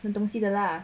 那东西的啦